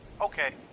Okay